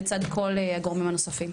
לצד כל הגורמים הנוספים.